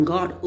God